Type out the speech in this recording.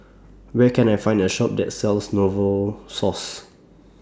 Where Can I Find A Shop that sells Novosource